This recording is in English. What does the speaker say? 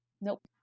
nope